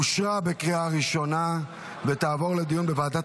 אושרה בקריאה ראשונה ותעבור לדיון בוועדת